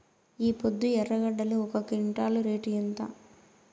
ఈపొద్దు ఎర్రగడ్డలు ఒక క్వింటాలు రేటు ఎంత?